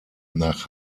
nach